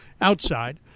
outside